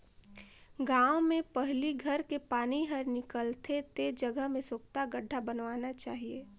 गांव में पहली घर के पानी हर निकल थे ते जगह में सोख्ता गड्ढ़ा बनवाना चाहिए